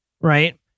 right